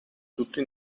tutto